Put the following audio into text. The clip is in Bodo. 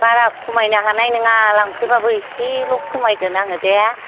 बारा खमायनो हानाय नङा लांफैबाबो एसेल' खमायगोन आङो दे